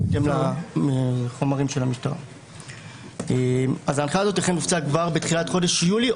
אכן ההנחיה הזאת הופצה כבר בתחילת חודש יולי,